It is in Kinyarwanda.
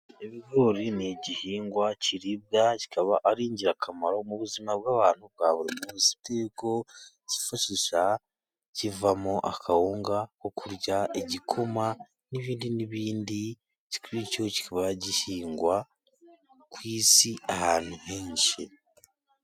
Ibigori ni igihingwa kiribwa, kikaba ari ingirakamaro mu buzima bw'abantu bwa buri munsi bitewe n'uko kifashisha kivamo akawunga ko kurya, igikoma, n'ibindi n'ibindi, bityo kikaba gihingwa ku isi ahantu henshi.